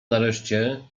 nareszcie